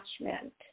attachment